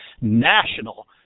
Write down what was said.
national